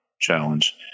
challenge